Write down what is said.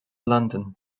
london